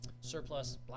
Surplus